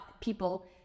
people